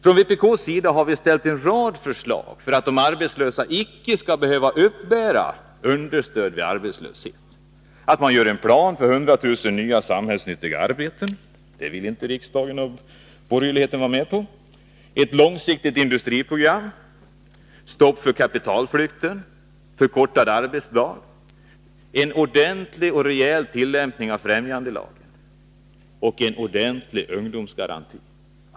Från vpk:s sida har vi framställt en rad förslag för att de arbetslösa icke skall behöva uppbära understöd vid arbetslöshet: en plan för 100 000 nya samhällsnyttiga arbeten, ett långsiktigt industriprogram, stopp för kapitalflykten, förkortad arbetsdag, en ordentlig och rejäl tillämpning av främjandelagen och en ordentlig ungdomsgaranti.